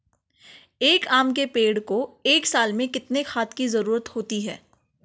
एक आम के पेड़ को एक साल में कितने खाद की जरूरत होती है?